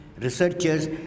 researchers